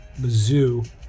Mizzou